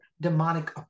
demonic